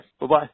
Bye-bye